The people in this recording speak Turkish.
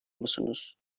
musunuz